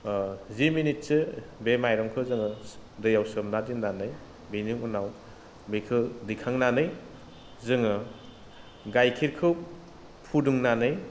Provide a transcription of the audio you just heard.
जि मिनिटसो बे माइरंखौ जोङो दैआव सोमना दोननानै बिनि उनाव बेखो दैखांनानै जोङो गाइखेरखौ फुदुंनानै